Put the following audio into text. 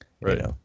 Right